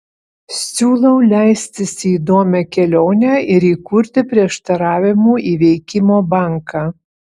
siūlau leistis į įdomią kelionę ir įkurti prieštaravimų įveikimo banką